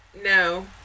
No